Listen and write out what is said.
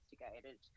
investigated